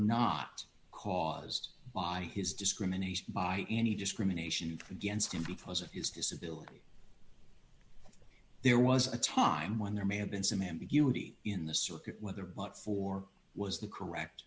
not caused by his discrimination by any discrimination against him because of his disability there was a time when there may have been some ambiguity in the circuit whether but four was the correct